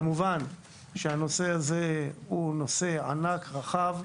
כמובן, הנושא הזה הוא נושא ענק, רחב.